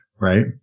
right